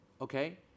Okay